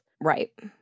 Right